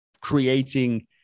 creating